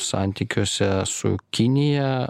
santykiuose su kinija